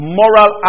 moral